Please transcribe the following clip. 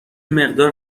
مقدار